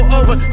over